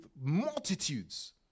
Multitudes